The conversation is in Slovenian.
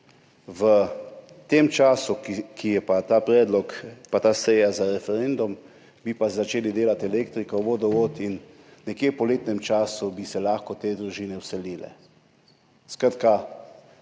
v tem času, ki je pa ta predlog pa ta seja za referendum, bi pa začeli delati elektriko, vodovod in nekje v poletnem času bi se lahko te družine vselile. Skratka,